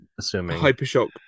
HyperShock